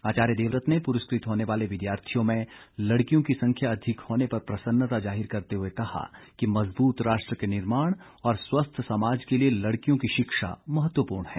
आचार्य देवव्रत ने पुरस्कृत होने वाले विद्यार्थियों में लड़कियों की संख्या अधिक होने पर प्रसन्नता जाहिर करते हुए कहा कि मजबूत राष्ट्र के निर्माण और स्वस्थ समाज के लिए लड़कियों की शिक्षा महत्वपूर्ण है